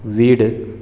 வீடு